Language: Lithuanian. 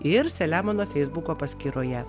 ir selemono feisbuko paskyroje